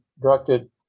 directed